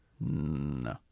No